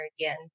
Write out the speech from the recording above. again